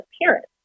appearance